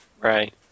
Right